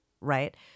Right